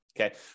okay